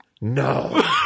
No